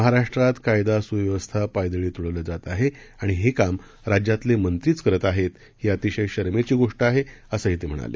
महाराष्ट्रात कायदा सुव्यवस्था पायदळी तुडवला जात आहे आणि हे काम राज्यातले मंत्रीच करत आहेत ही अतिशय शरमेची गोष्ट आहे असंही ते म्हणाले